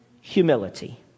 humility